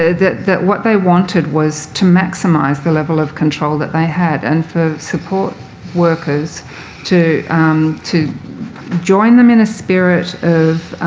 that that what they wanted was to maximise the level of control that they had, and for support workers to to join them in a spirit of